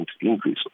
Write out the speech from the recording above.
increase